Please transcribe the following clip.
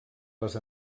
les